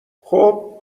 خوب